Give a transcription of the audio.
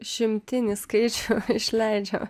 šimtinį skaičių išleidžia